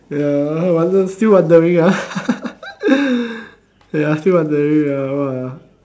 ya wander~ still wandering ah ya still wandering ah !wah!